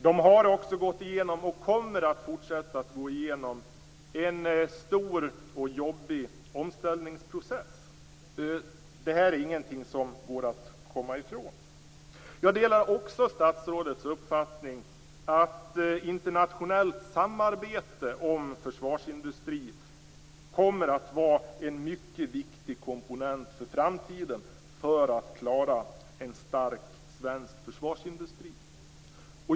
De har gått igenom och kommer att fortsätta att gå igenom en stor och jobbig omställningsprocess. Det här är ingenting som går att komma ifrån. Jag delar också statsrådets uppfattning att internationellt samarbete om försvarsindustrin kommer att vara en mycket viktig komponent för framtiden för att klara en stark svensk försvarsindustri.